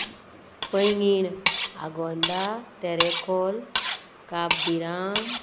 Poinguinim Agonda Terekhol Cabo de Rama